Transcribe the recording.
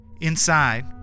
Inside